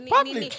Public